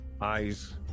eyes